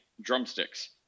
drumsticks